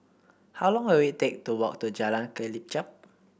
how long will it take to walk to Jalan Kelichap